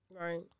right